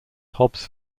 hobbs